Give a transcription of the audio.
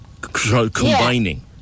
combining